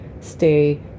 stay